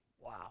Wow